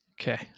okay